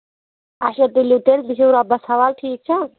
اچھا تُلِو تیٚلہِ بہٕ چھُو رۄبَس حَوالہٕ ٹھیٖک چھا